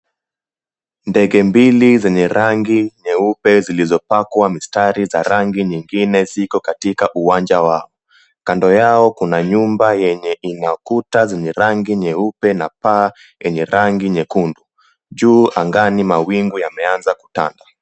Ndege mbili zenye rangi nyeupe zilizopakwa mistari za rangi nyingine ziko katika uwanja wao, kando yao kuna nyumba yenye ina kuta yenye rangi nyeupe na paa lenye rangi nyekundu, juu ni mawingu yameanza kutanda.